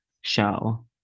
show